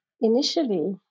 initially